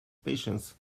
patients